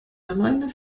alleine